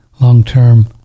long-term